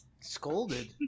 Scolded